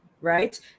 right